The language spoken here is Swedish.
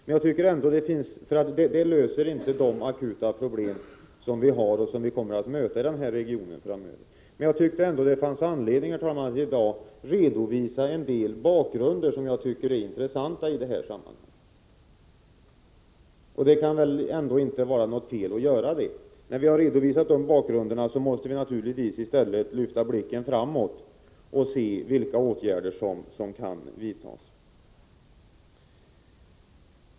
Det löser inte de akuta problemen eller de problem som vi kommer att möta framöver i denna region. Jag tyckte ändå, herr talman, att det fanns anledning att i dag redovisa något av bakgrunden, som kan vara intressant i sammanhanget. Det kan väl inte vara något fel att göra det. När vi redovisat bakgrunden måste vi naturligtvis rikta blicken framåt och se vilka åtgärder som kan vidtas.